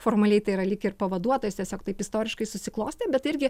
formaliai tai yra lyg ir pavaduotojas tiesiog taip istoriškai susiklostė bet irgi